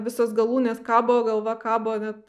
visos galūnės kabo galva kabo net